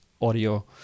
audio